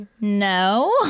no